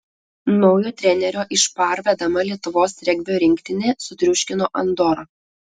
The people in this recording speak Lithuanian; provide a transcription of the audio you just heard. naujo trenerio iš par vedama lietuvos regbio rinktinė sutriuškino andorą